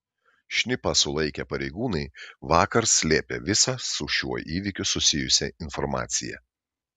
šnipą sulaikę pareigūnai vakar slėpė visą su šiuo įvykiu susijusią informaciją